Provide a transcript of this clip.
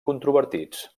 controvertits